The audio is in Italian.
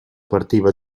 partiva